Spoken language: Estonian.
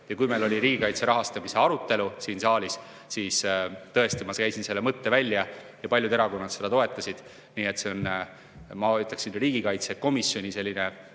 Kui meil oli riigikaitse rahastamise arutelu siin saalis, siis tõesti ma käisin selle mõtte välja ja paljud erakonnad seda toetasid. See on, ma ütleksin, riigikaitsekomisjonis